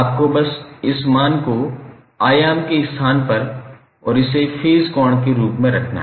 आपको बस इस मान को आयाम के स्थान पर और इसे फेज कोण के रूप में रखना है